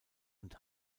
und